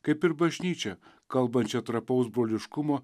kaip ir bažnyčią kalbančią trapaus broliškumo